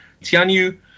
Tianyu